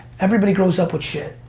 everybody grows up with shit.